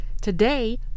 Today